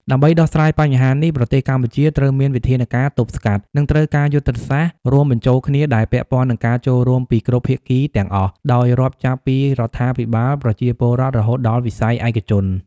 ដើម្បីដោះស្រាយបញ្ហានេះប្រទេសកម្ពុជាត្រូវមានវិធានការទប់ស្កាត់និងត្រូវការយុទ្ធសាស្ត្ររួមបញ្ចូលគ្នា ដែលពាក់ព័ន្ធនឹងការចូលរួមពីគ្រប់ភាគីទាំងអស់ ដោយរាប់ចាប់ពីរដ្ឋាភិបាល ប្រជាពលរដ្ឋ រហូតដល់វិស័យឯកជន។